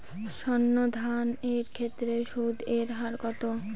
সর্ণ ঋণ এর ক্ষেত্রে সুদ এর হার কত?